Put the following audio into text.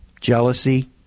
Jealousy